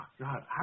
God